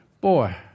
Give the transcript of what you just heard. Boy